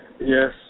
Yes